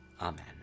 Amen